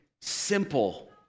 simple